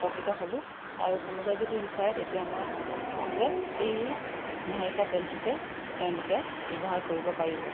উপকৃত হ'লোঁ আৰু কোনোবাই যদি বিচাৰে তেতিয়া মই ক'ম যে এই নীহাৰিকা তেলটোকে তেওঁলোকে ব্যৱহাৰ কৰিব পাৰিব